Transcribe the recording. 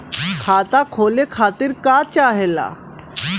खाता खोले खातीर का चाहे ला?